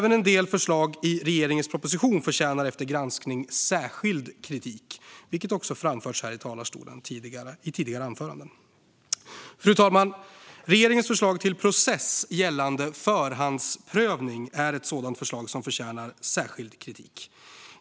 En del förslag i regeringens proposition förtjänar efter granskning särskild kritik, vilket har framförts här i talarstolen i tidigare anföranden. Fru talman! Regeringens förslag till process gällande förhandsprövning är ett sådant förslag som förtjänar särskild kritik.